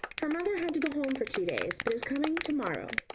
her mother had to go home for two days, but is coming to-morrow.